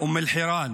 אום אלחיראן,